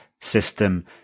system